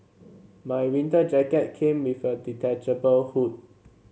my winter jacket came with a detachable hood